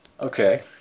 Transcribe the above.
Okay